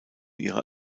ihrer